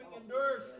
endures